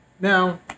now